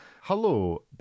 hello